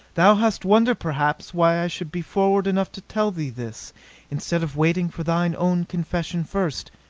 thou hast wonder, perhaps, why i should be forward enough to tell thee this instead of waiting for thine own confession first,